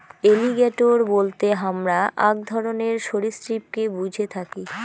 alligator বলতে হামরা আক ধরণের সরীসৃপকে বুঝে থাকি